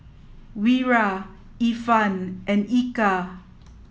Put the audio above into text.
Wira Irfan and Eka